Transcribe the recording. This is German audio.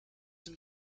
zum